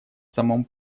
самом